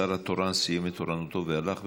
השר התורן סיים את תורנותו והלך,